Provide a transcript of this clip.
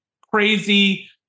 crazy